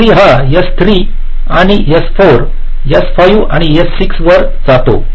U3 हा S3 आणि S4 S5 आणि S6 वर जातो